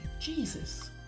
Jesus